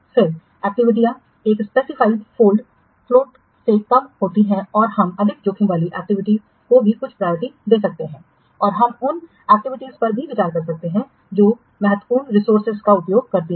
फिर एक्टिविटीयाँ एक विशिष्ट फोल्ड फ्लोट से कम होती हैं और हम अधिक जोखिम वाली एक्टिविटी को भी कुछ प्रायोरिटी दे सकते हैं और हम उन एक्टिविटीज पर भी विचार कर सकते हैं जो महत्वपूर्ण रिसोर्सेज का उपयोग करती हैं